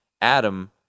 Adam